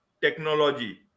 technology